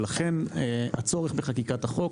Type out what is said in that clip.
ולכן הצורך בחקיקת החוק,